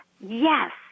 yes